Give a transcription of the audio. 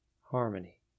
harmony